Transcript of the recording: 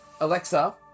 Alexa